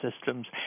systems